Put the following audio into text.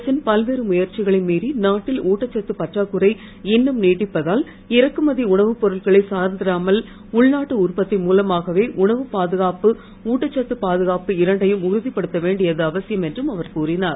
அரசின் பல்வேறு முயற்சிகளை மீறி நாட்டில் ஊட்டச்சத்து பற்றாக்குறை இன்னும் நீடிப்பதால் இறக்குமதி உணவு பொருட்களை சார்ந்திராமல் உள்நாட்டு உற்பத்தி மூலமாகவே உணவு பாதுகாப்பு ஊட்டச்சத்து பாதுகாப்பு இரண்டையும் உறுதிப்படுத்த வேண்டியது அவசியம் என்றும் அவர் கூறினார்